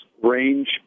range